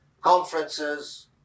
conferences